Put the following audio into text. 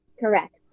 Correct